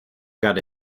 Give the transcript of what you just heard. got